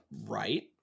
Right